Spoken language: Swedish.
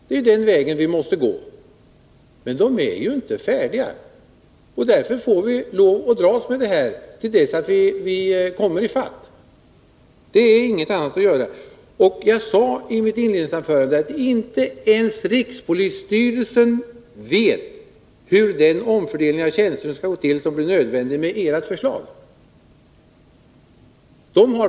Det är den vägen vi måste gå. Men de är ju inte färdiga, och därför får vi lov att dras med den här situationen tills vi kommer i fatt. Det är ingenting annat att göra. Jag sade i mitt inledningsanförande att inte ens rikspolisstyrelsen, som har planerat för verksamheten, vet hur den omfördelning av tjänster skall gå till som blir nödvändig med ert förslag.